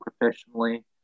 professionally